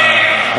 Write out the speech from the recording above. זה מה,